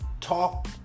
talk